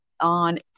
on